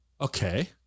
Okay